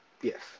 Yes